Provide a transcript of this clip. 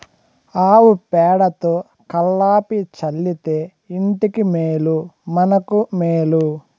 ఆవు పేడతో కళ్లాపి చల్లితే ఇంటికి మేలు మనకు మేలు